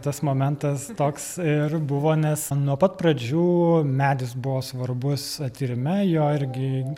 tas momentas toks ir buvo nes nuo pat pradžių medis buvo svarbus tyrime jo irgi